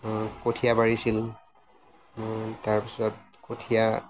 কঠীয়া পাৰিছিল তাৰপিছত কঠীয়া